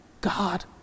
God